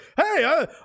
hey